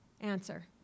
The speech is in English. answer